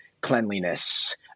cleanliness